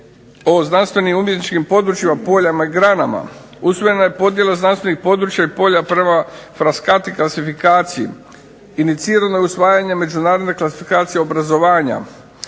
o znanstvenim umjetničkim područjima, poljima i granama. Usvojena je podjela znanstvenih područja i polja prva ... i klasifikaciji. Inicirana usvajanjem međunarodne klasifikacije obrazovanja,